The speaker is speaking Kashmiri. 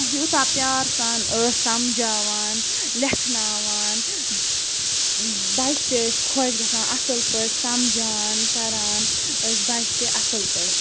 یوٗتاہ پیار سان ٲسۍ سَمھجاوان لٮ۪کھناوان بَچہِ تہِ ٲسۍ خۄش گَژھان اَصٕل پٲٹھۍ سَمھجان کَران ٲسۍ بَچہِ تہِ اَصٕل پٲٹھۍ